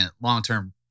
long-term